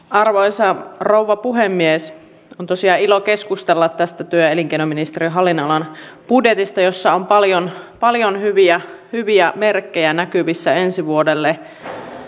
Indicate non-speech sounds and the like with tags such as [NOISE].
[UNINTELLIGIBLE] arvoisa rouva puhemies on tosiaan ilo keskustella tästä työ ja elinkeinoministeriön hallinnonalan budjetista jossa on paljon paljon hyviä hyviä merkkejä näkyvissä ensi vuodelle